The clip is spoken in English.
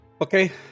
Okay